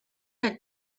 had